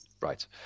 Right